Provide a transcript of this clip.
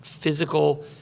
Physical